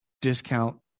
discount